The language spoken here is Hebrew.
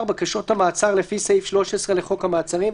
בקשות המעצר לפי סעיף 13 לחוק המעצרים,